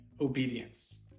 obedience